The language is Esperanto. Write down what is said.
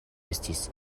estis